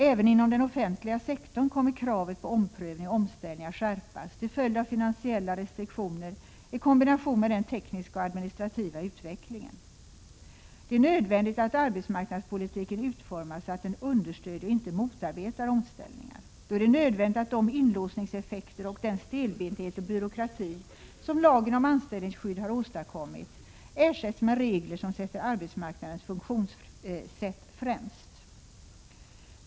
Även inom den offentliga sektorn kommer kravet på omprövning och omställning att skärpas till följd av finansiella restriktioner i kombination med den tekniska och administrativa utvecklingen. Det är nödvändigt att arbetsmarknadspolitiken utformas så att den understödjer och inte motarbetar omställningar. Då är det nödvändigt att de inlåsningseffekter och den stelbenthet och byråkrati som lagen om anställningsskydd har åstadkommit ersätts med regler som sätter arbetsmarknadens funktionssätt främst.